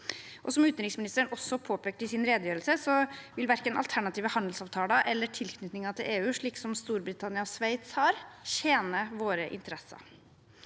Som utenriksministeren også påpekte i sin redegjørelse, vil verken alternative handelsavtaler eller tilknytninger til EU, slik som Storbritannia og Sveits har, tjene våre interesser.